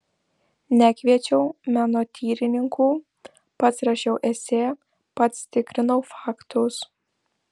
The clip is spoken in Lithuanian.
nekviečiau menotyrininkų pats rašiau esė pats tikrinau faktus